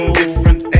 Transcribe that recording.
different